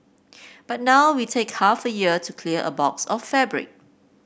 but now we take half a year to clear a box of fabric